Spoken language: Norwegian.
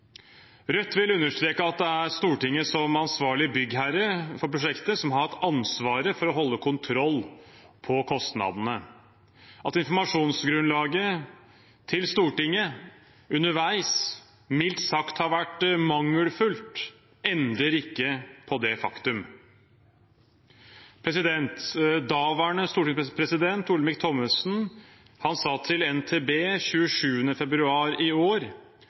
Rødt vil understreke at det er Stortinget som ansvarlig byggherre for prosjektet som har hatt ansvaret for å holde kontroll på kostnadene. At informasjonsgrunnlaget til Stortinget underveis mildt sagt har vært mangelfullt, endrer ikke på det faktum. Daværende stortingspresident Olemic Thommessen sa til NTB 27. februar i år